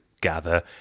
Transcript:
gather